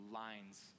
lines